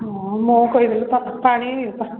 ହଁ ମୁଁ କହିଦେଲି ପାଣି